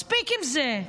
מספיק עם זה.